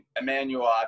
Emmanuel